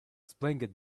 spangled